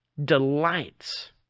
delights